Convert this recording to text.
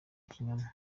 ikinyoma